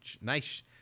nice